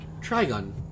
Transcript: Trigon